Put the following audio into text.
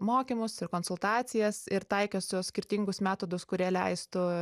mokymus ir konsultacijas ir taikiusios skirtingus metodus kurie leistų